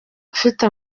bafite